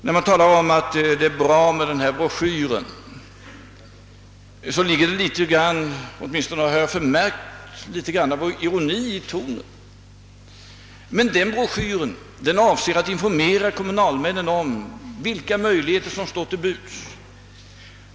När man talar om att det är bra med denna broschyr har jag tyckt mig märka en smula ironi i tonen. Broschyren avser att informera kommunalmännen om vilka möjligheter som står till buds.